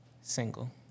Single